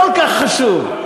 כל כך חשוב.